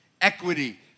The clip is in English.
equity